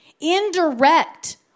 Indirect